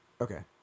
Okay